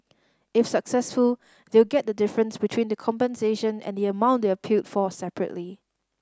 if successful they will get the difference between the compensation and the amount they appealed for separately